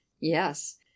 yes